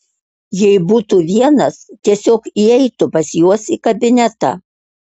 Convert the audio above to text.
jei būtų vienas tiesiog įeitų pas juos į kabinetą